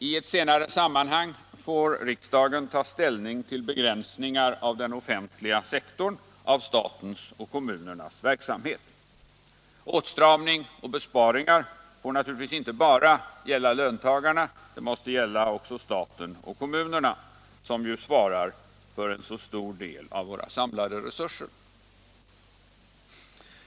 I annat sammanhang får riksdagen ta ställning till begränsningar av den offentliga sektorn, av statens och kommunernas verksamhet. Åtstramning och besparingar får naturligtvis inte bara gälla löntagarna utan också staten och kommunerna, som ju svarar för en stor del av våra samlade resurser.